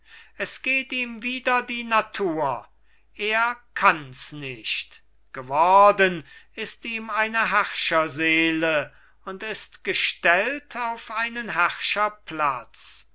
es geht ihm wider die natur er kanns nicht geworden ist ihm eine herrscherseele und ist gestellt auf einen